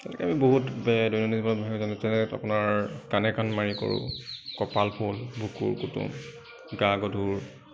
গতিকে আমি বহুত দৈনন্দিন জীৱনত জানোঁ তেনেকৈ আপোনাৰ কাণে কাণ মাৰি কৰোঁ কপাল ফুল বুকুৰ কুটুম গা গধুৰ